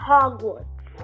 Hogwarts